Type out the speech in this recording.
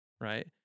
right